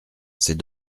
c’est